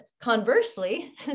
conversely